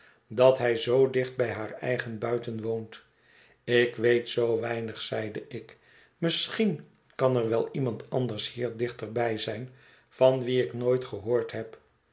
dat hij zoo dicht bij haar eigen buiten woont ik weet zoo weinig zeide ik misschien kan er wel iemand anders hier dichter bij zijn van wien ik nooit gehoord heb